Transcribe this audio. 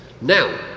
Now